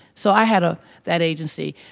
so i had. ah that agency,